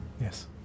Yes